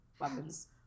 weapons